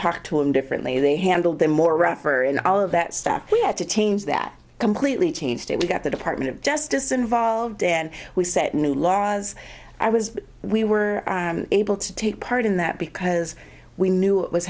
talked to him differently they handled them more referer and all of that stuff we had to change that completely changed it we got the department of justice involved then we set new law as i was we were able to take part in that because we knew what was